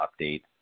updates